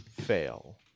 fail